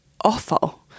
awful